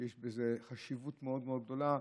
שיש בזה חשיבות מאוד מאוד גדולה,